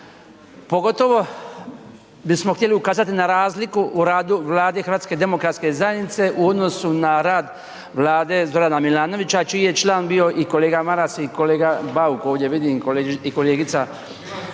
pogotovo bismo htjeli ukazati na razliku u radu Vlade HDZ-a u odnosu na rad vlade Zorana Milanovića čiji je član bio i kolega Maras i kolega Bauk ovdje, vidim i kolegica Mrak